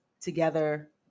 together